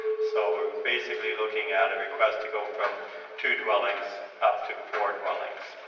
so we're basically looking at a request to go from two dwellings up to four dwellings.